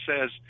says